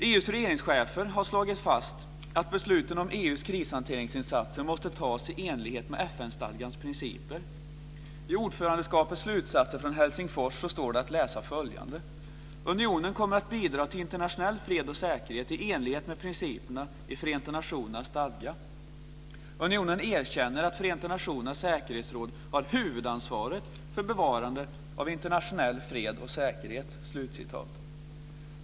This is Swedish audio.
EU:s regeringschefer har slagit fast att besluten om EU:s krishanteringsinsatser måste fattas i enlighet med FN-stadgans principer. I ordförandeskapets slutsatser från Helsingfors står följande att läsa: "Unionen kommer att bidra till internationell fred och säkerhet i enlighet med principerna i Förenta nationernas stadga. Unionen erkänner att Förenta nationernas säkerhetsråd har huvudansvaret för bevarandet av internationell fred och säkerhet".